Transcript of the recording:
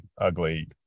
ugly